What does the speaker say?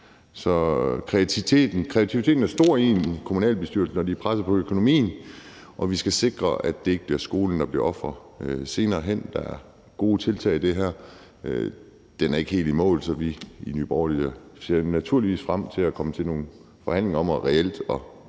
Så kreativiteten er stor i en kommunalbestyrelse, når de er presset på økonomien, og vi skal sikre, at det ikke er skolen, der bliver offer senere hen. Der er gode tiltag i det her. Den er ikke helt i mål, så vi i Nye Borgerlige ser naturligvis frem til at komme til nogle forhandlinger om reelt at